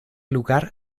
lugar